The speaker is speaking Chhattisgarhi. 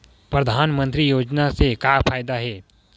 परधानमंतरी योजना से का फ़ायदा हे?